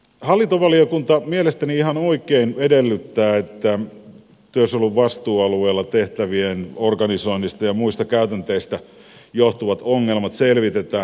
hallintovaliokunta mielestäni ihan oikein edellyttää että työsuojelun vastuualueella tehtävien organisoinnista ja muista käytänteistä johtuvat ongelmat selvitetään